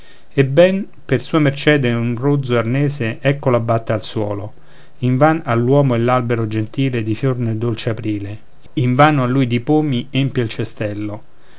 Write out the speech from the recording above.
ebben per sua mercede un rozzo arnese ecco l'abbatte al suolo invan all'uomo è l'albero gentile di fior nel dolce aprile invano a lui di pomi empie il cestello